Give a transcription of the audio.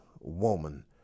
woman